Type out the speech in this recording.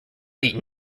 eaten